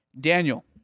Daniel